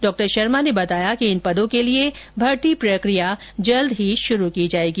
doctor Sharma ने बताया कि इन पदों के लिए भर्ती प्रक्रिया जल्द शुरू की जाएगी